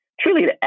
truly